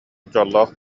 дьоллоох